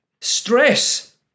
stress